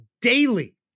daily